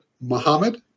Muhammad